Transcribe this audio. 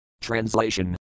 Translation